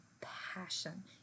passion